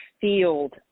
field